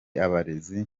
abarezi